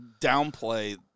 downplay